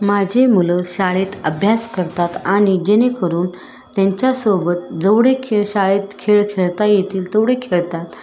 माझे मुलं शाळेत अभ्यास करतात आणि जेणेकरून त्यांच्यासोबत जेवढे खेळ शाळेत खेळ खेळता येतील तेवढे खेळतात